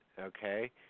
okay